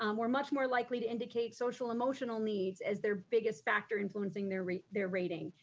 um were much more likely to indicate social emotional needs as their biggest factor influencing their their rating.